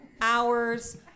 hours